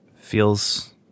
feels